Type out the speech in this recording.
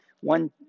one